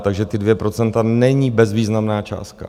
Takže ta 2 % není bezvýznamná částka.